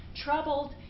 troubled